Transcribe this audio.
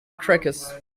crackers